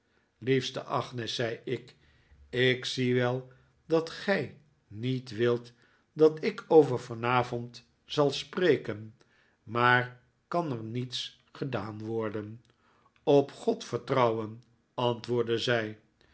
liefste agnes zei ik ik zie wel dat gij niet wilt dat ik over vanavond zal spreken maar kan er niets gedaan worden op god vertrouwen antwoordde zij